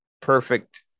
perfect